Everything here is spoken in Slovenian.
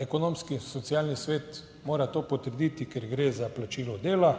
Ekonomsko-socialni svet mora to potrditi, ker gre za plačilo dela.